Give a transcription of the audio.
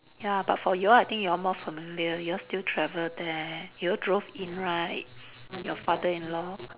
ya but for you all I think you all more familiar you all still travel there you all drove in right your father-in-law